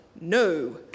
no